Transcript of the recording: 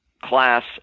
class